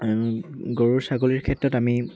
গৰুৰ ছাগলীৰ ক্ষেত্ৰত আমি